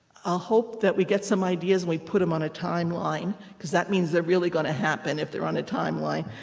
ah hope that we get some ideas and we put them on a time line, because that means they're really going to happen if they're on a timeline.